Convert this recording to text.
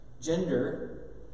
Gender